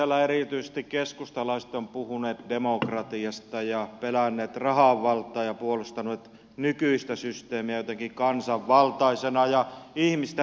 täällä erityisesti keskustalaiset ovat puhuneet demokratiasta ja pelänneet rahan valtaa ja puolustaneet nykyistä systeemiä jotenkin kansanvaltaisena ja ihmiselle läheisenä